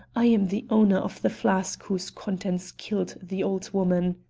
i am the owner of the flask whose contents killed the old woman!